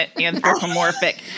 anthropomorphic